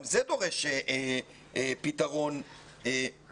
גם זה דורש פתרון הולם.